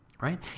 Right